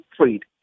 trade